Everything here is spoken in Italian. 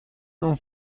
non